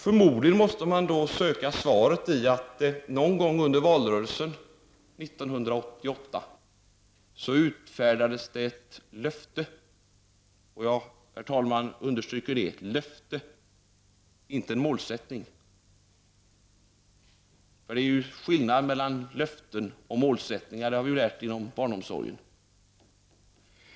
Förmodligen måste man söka svaret i att det någon gång under valrörelsen 1988 utfärdades ett löfte. Jag understryker, herr talman, att det var ett löfte och inte en målsättning. Det är ju en skillnad mellan löften och målsättningar — det har vi lärt inom barnomsorgen.